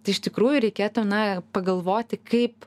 tai iš tikrųjų reikėtų na pagalvoti kaip